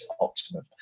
optimum